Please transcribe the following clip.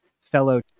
fellow